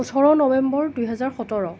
ওঠৰ নৱেম্বৰ দুহেজাৰ সোতৰ